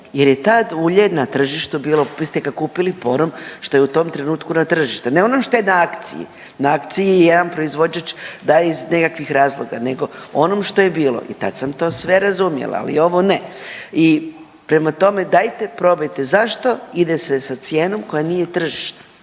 jer je tad u ulje na tržištu bilo vi ste ga kupili po onom što je u tom trenutku na tržištu, ne ono što je na akciji. Na akciji je jedan proizvođač daje iz nekakvog razloga, nego onom što je bilo i tad sam to sve razumjela, ali ovo ne. I prema tome, dajte probajte zašto ide se sa cijenom koja nije tržišna?